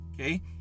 okay